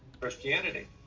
Christianity